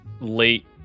late